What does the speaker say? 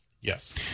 Yes